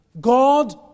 God